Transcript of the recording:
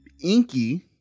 Inky